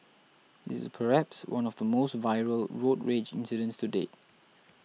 this is perhaps one of the most viral road rage incidents to date